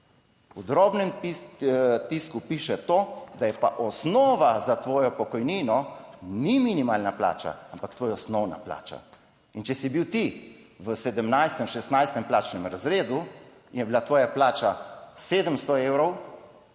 V drobnem tisku piše to, da je pa osnova za tvojo pokojnino ni minimalna plača, ampak tvoja osnovna plača in če si bil ti v 17. 16. plačnem razredu, je bila tvoja plača 700 evrov,